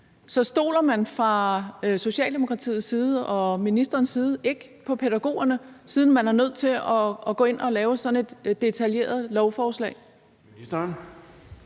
Så stoler man fra Socialdemokratiets side og ministerens side ikke på pædagogerne, siden man er nødt til at gå ind og lave sådan et detaljeret lovforslag?